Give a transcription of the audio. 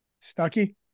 Stucky